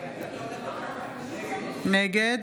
נגד